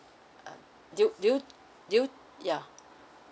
uh do you do you do you yeah